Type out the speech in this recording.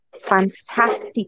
fantastic